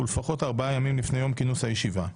ולפחות ארבעה ימים לפני יום כינוס הישיבה.